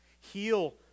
heal